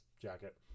jacket